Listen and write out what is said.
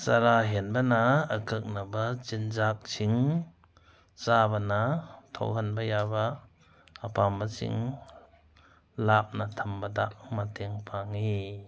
ꯆꯔꯥ ꯍꯦꯟꯕꯅ ꯑꯀꯛꯅꯕ ꯆꯤꯟꯖꯥꯛꯁꯤꯡ ꯆꯥꯕꯅ ꯊꯣꯛꯍꯟꯕ ꯌꯥꯕ ꯑꯄꯥꯝꯕꯁꯤꯡ ꯂꯥꯞꯅ ꯊꯝꯕꯗ ꯃꯇꯦꯡ ꯄꯥꯡꯉꯤ